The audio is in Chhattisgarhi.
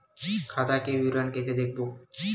खाता के विवरण कइसे देखबो?